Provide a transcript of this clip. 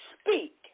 speak